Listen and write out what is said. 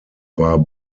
war